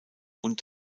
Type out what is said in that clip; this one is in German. und